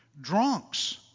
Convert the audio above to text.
Drunks